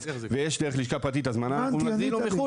ויש דרך לשכה פרטית הזמנה הוא יכול להזמין מחו"ל.